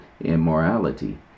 immorality